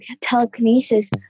telekinesis